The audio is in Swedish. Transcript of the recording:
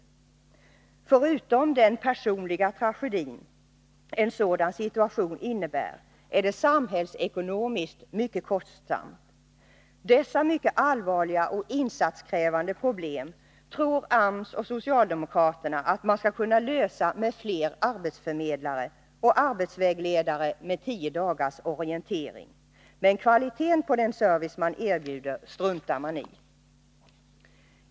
Förutom den personliga tragedi som en sådan situation innebär är det samhällsekonomiskt synnerligen kostsamt. Dessa mycket allvarliga och insatskrävande problem tror AMS och socialdemokraterna att man skall kunna lösa genom fler arbetsförmedlare och arbetsvägledare med tio dagars orientering. Men kvaliteten på den service man erbjuder struntar man i.